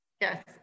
Yes